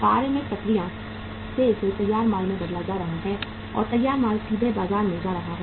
कार्य में प्रक्रिया से इसे तैयार माल में बदला जा रहा है और तैयार माल सीधे बाजार में जा रहा है